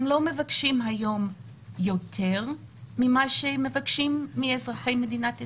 הם לא מבקשים היום יותר ממה שמבקשים מאזרחי מדינת ישראל,